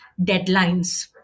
deadlines